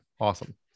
Awesome